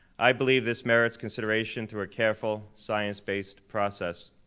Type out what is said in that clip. i believe this merits consideration through a careful, science-based process.